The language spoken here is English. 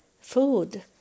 food